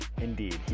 Indeed